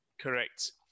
correct